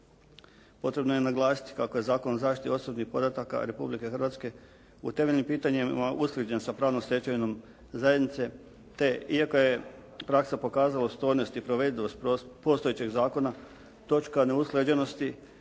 Potrebno je naglasiti kako je Zakon o zaštiti osobnih podataka Republike Hrvatske u temeljnim pitanjima usklađen sa pravnom stečevinom zajednice te iako je praksa pokazala opstojnost i provedivost postojećeg zakona točka neusklađenosti